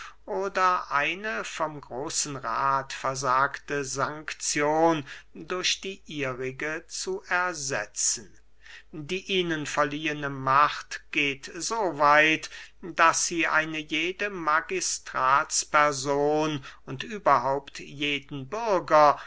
oder eine vom großen rath versagte sankzion durch die ihrige zu ersetzen die ihnen verliehene macht geht so weit daß sie eine jede magistratsperson und überhaupt jeden bürger